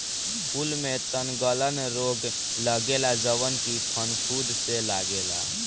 फूल में तनगलन रोग लगेला जवन की फफूंद से लागेला